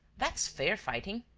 that's fair fighting.